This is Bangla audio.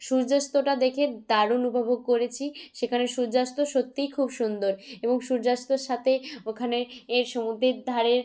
সূর্যাস্তটা দেখে দারুণ উপভোগ করেছি সেখানে সূর্যাস্ত সত্যি খুব সুন্দর এবং সূর্যাস্তর সাথে ওখানে এর সমুদ্রের ধারের